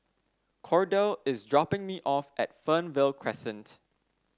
Kordell is dropping me off at Fernvale Crescent